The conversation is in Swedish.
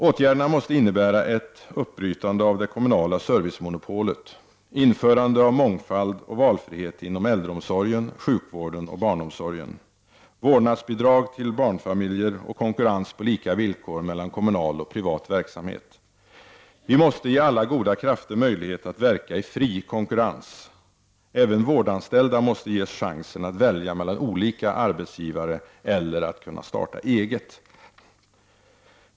Åtgärderna måste innebära ett uppbrytande av det kommunala servicemonopolet, införande av mångfald och valfrihet inom äldreomsorgen, sjukvården och barnomsorgen samt vårdnadsbidrag till barnfamiljer och konkurrens på lika villkor mellan kommunal och privat verksamhet. Vi måste ge alla goda krafter möjlighet att verka i fri konkurrens. Även vårdanställda måste ges chansen att välja mellan olika arbetsgivare eller att kunna starta eget.